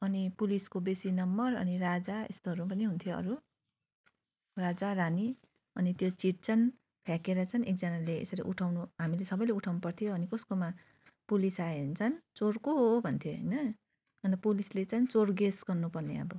अनि पुलिसको बेसी नम्बर अनि राजा यस्तोहरू पनि हुन्थ्यो अरू राजा रानी अनि त्यो चिट चाहिँ फ्याँकेर चाहिँ एकजनाले यसरी उठाउनु हामीले सबैले उठाउनु पर्थ्यो अनि कसकोमा पुलिस आयो भने चाहिँ चोर को हो भन्थ्यो होइन अन्त पुलिसले चाहिँ चोर गेस गर्नुपर्ने अब